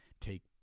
take